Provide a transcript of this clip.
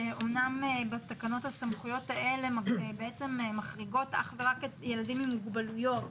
שאמנם תקנות הסמכויות האלה מחריגות אך ורק ילדים עם מוגבלויות